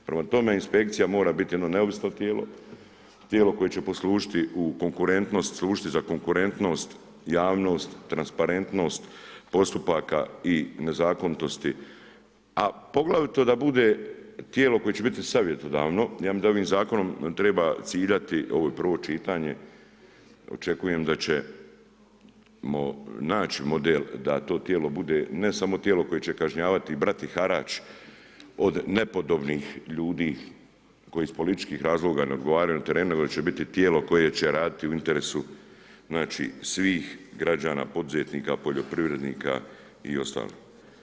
Prema tome, inspekcija mora biti jedno neovisno tijelo, tijelo koje će poslužiti u konkurentnost, služiti za konkurentnost, javnost, transparentnost postupaka i nezakonitosti a poglavito da bude tijelo koje će biti savjetodavno, ja mislim da ovim zakonom treba ciljati, ovo je prvo čitanje, očekujem da ćemo naći model da to tijelo bude ne samo tijelo koje će kažnjavati i brati harač od nepodobnih ljudi koji iz političkih razloga ne odgovaraju na terenu nego da će biti tijelo koje će raditi u interesu svih građana, poduzetnika, poljoprivrednika i ostalih.